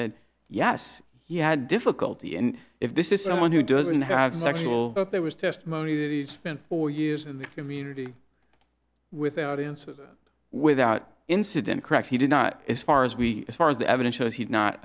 said yes he had difficulty and if this is someone who doesn't have sexual but there was testimony that he spent four years in the community without incident without incident correct he did not as far as we as far as the evidence shows he's not